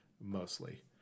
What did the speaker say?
mostly